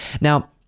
Now